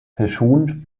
verschont